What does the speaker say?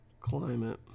climate